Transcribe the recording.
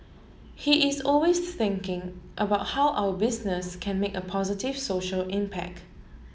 he is always thinking about how our business can make a positive social impact